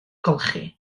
golchi